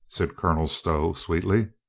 said colonel stow sweetly.